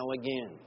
again